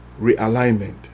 realignment